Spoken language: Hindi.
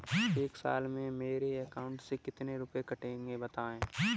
एक साल में मेरे अकाउंट से कितने रुपये कटेंगे बताएँ?